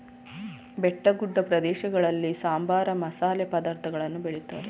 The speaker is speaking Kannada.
ಬೆಟ್ಟಗುಡ್ಡ ಪ್ರದೇಶಗಳಲ್ಲಿ ಸಾಂಬಾರ, ಮಸಾಲೆ ಪದಾರ್ಥಗಳನ್ನು ಬೆಳಿತಾರೆ